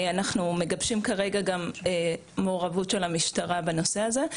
אנחנו מגבשים כרגע גם מעורבות של המשטרה בנושא הזה.